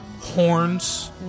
horns